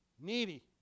needy